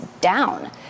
down